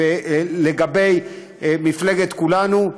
לגבי מפלגת כולנו.